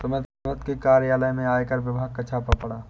सुमित के कार्यालय में आयकर विभाग का छापा पड़ा